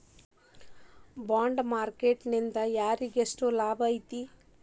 Bond market ನಿಂದಾ ಯಾರಿಗ್ಯೆಷ್ಟ್ ಲಾಭೈತಿ?